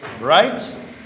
right